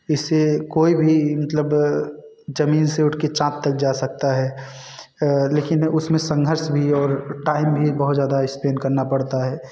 इससे कोई भी मतलब ज़मीन से उठ कर चाँद तक जा सकता है लेकिन उस में संघर्ष भी और टाइम भी बहुत ज़्यादा स्पेन करना पड़ता है